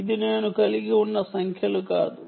ఇది నేను కలిగి ఉన్న సంఖ్యలు కాదు